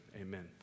amen